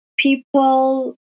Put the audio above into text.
People